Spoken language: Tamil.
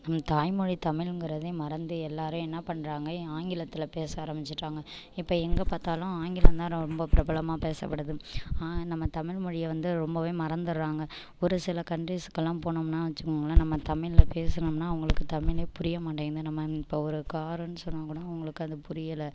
நம்ம தாய்மொழி தமிழ்ங்கிறதையே மறந்து எல்லாரும் என்ன பண்ணுறாங்க ஆங்கிலத்தில் பேச ஆரமிச்சிட்றாங்கள் இப்போ எங்கே பாத்தாலும் ஆங்கிலம் தான் ரொம்ப பிரபலமாக பேசப்படுது ஆனால் நம்ம தமிழ் மொழியை வந்து ரொம்பவே மறந்துடுறாங்க ஒரு சில கன்ட்ரிஸ்க்கெல்லாம் போனோம்னால் வச்சிக்கோங்களே நம்ம தமிழ்ல பேசுனோம்னால் அவங்களுக்கு தமிழே புரிய மாட்டேங்கிது நம்ம இப்போ ஒரு காருன்னு சொன்னால் கூட அவங்களுக்கு அது புரியலை